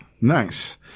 Nice